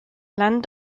land